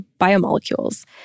biomolecules